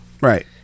right